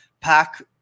pack